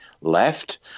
left